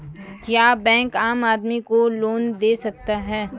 क्या बैंक आम आदमी को लोन दे सकता हैं?